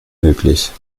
möglich